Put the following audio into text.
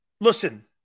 listen